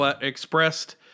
expressed